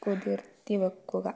കുതിർത്തി വയ്ക്കുക